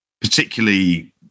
particularly